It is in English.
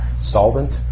solvent